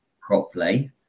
properly